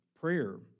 prayer